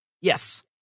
Yes